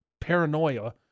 paranoia